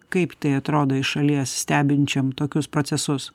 kaip tai atrodo iš šalies stebinčiam tokius procesus